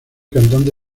cantante